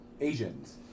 Asians